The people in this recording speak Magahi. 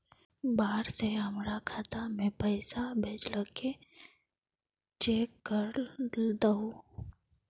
बाहर से हमरा खाता में पैसा भेजलके चेक कर दहु?